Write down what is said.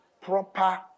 proper